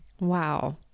Wow